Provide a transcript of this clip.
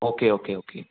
okay okay okay